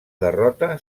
derrota